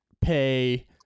pay